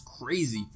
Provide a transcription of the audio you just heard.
crazy